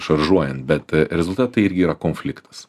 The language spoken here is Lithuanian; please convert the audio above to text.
šaržuojant bet rezultatai irgi yra konfliktas